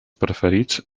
preferits